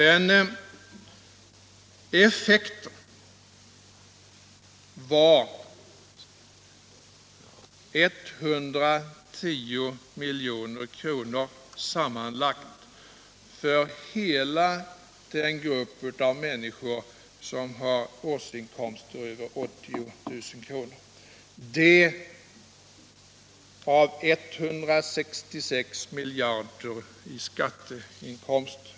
Effekten för hela den grupp av människor som har årsinkomster över 80 000 kr. var sammanlagt 110 milj.kr. av 166 miljarder kr. i skatteinkomster.